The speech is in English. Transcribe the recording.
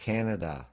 Canada